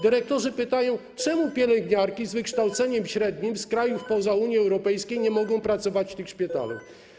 Dyrektorzy pytają, dlaczego pielęgniarki z wykształceniem średnim z krajów spoza Unii Europejskiej nie mogą pracować w ich szpitalu.